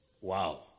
Wow